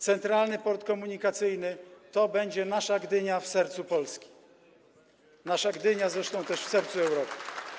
Centralny Port Komunikacyjny to będzie nasza Gdynia w sercu Polski, nasza Gdynia zresztą też w sercu Europy.